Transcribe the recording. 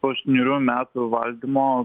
po aštuonerių metų valdymo